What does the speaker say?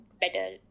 better